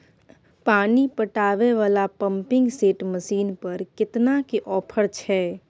पानी पटावय वाला पंपिंग सेट मसीन पर केतना के ऑफर छैय?